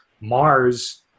Mars